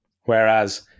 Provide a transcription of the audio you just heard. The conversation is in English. whereas